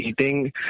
eating